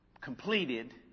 completed